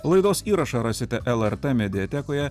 laidos įrašą rasite lrt mediatekoje